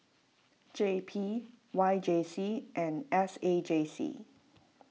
J P Y J C and S A J C